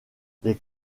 les